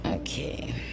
Okay